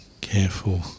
careful